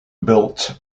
built